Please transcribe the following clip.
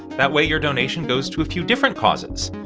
that way, your donation goes to a few different causes